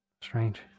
Strange